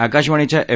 आकाशवाणीच्या एफ